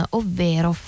ovvero